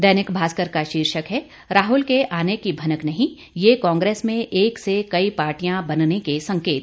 दैनिक भास्कर का शीर्षक है राहुल के आने की भनक नहीं ये कांग्रेस में एक से कई पार्टियां बनने के संकेत